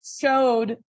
showed